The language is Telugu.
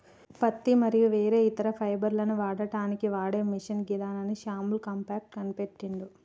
పత్తి మరియు వేరే ఇతర ఫైబర్లను వడకడానికి వాడే మిషిన్ గిదాన్ని శామ్యుల్ క్రాంప్టన్ కనిపెట్టిండు